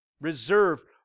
reserved